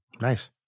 Nice